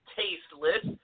tasteless